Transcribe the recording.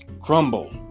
crumble